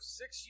six